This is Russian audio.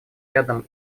рядом